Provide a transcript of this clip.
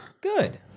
good